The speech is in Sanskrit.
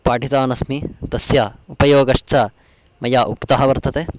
पाठितवान् अस्मि तस्य उपयोगश्च मया उक्तः वर्तते